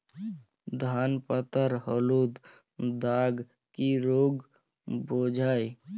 ধান পাতায় হলুদ দাগ কি রোগ বোঝায়?